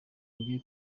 njye